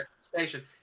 station